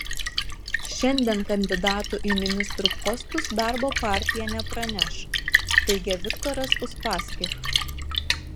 šiandien kandidatų į ministrų postus darbo partija nepraneš teigia viktoras uspaskich